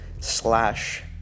slash